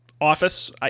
Office